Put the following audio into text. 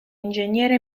ingegnere